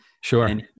sure